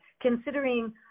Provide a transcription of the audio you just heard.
considering